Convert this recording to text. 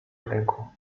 ręku